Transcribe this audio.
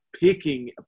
picking